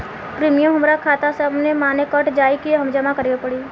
Premium हमरा खाता से अपने माने कट जाई की जमा करे के पड़ी?